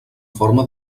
forma